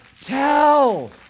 tell